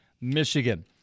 Michigan